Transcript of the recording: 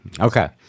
Okay